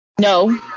no